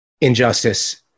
injustice